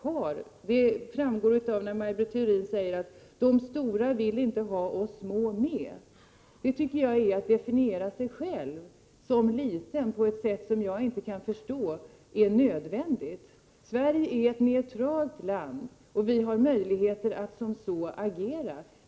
Maj Britt Theorin säger att de stora inte vill ha oss små med. Det tycker jag är att definiera sig själv som liten, på ett sätt som jag inte kan förstå är nödvändigt. Sverige är ett neutralt land och har möjligheter att agera som ett sådant.